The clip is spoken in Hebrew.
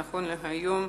נכון להיום,